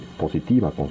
positiva